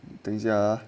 等一下